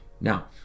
Now